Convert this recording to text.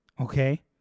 Okay